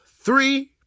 three